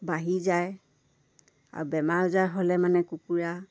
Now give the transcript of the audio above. বাঢ়ি যায় আৰু বেমাৰ আজাৰ হ'লে মানে কুকুৰা